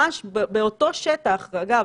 ממש באותו שטח ואגב,